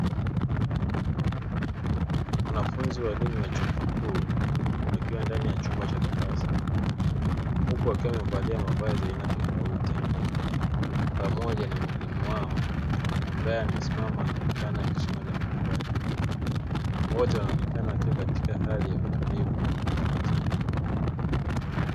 Wanafunzi wa elimu ya chuo kikuu wakiwa ndani ya chumba cha darasa huku wakiwa wamevalia mavazi ya aina tofauti pamoja na mwalimu wao ambaye amesimama akionekana anasoma jambo fulani. Wote wanaonekana wakiwa katika hali ya utulivu.